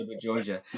Georgia